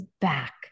back